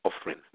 offering